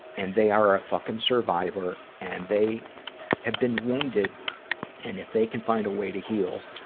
and they are a fucking survivor and they have been wounded and if they can find a way to heal,